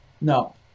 No